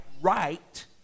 right